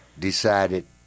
decided